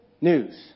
news